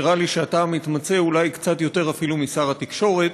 נראה לי שאתה מתמצא אולי קצת יותר אפילו משר התקשורת,